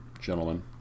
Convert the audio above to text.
gentlemen